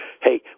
Hey